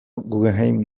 guggenheim